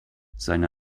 seine